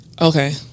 Okay